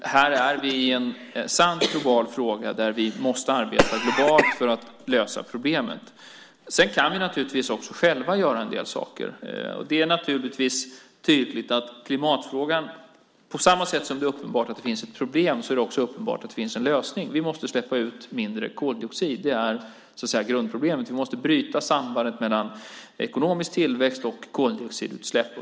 Här har vi en sant global fråga, där vi måste arbeta globalt för att lösa problemet. Vi kan naturligtvis också själva göra en del. På samma sätt som det är uppenbart att det finns ett problem är det uppenbart att det finns en lösning. Vi måste släppa ut mindre koldioxid. Det är grundproblemet. Vi måste bryta sambandet mellan ekonomisk tillväxt och koldioxidutsläpp.